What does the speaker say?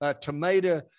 tomato